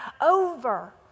over